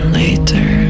later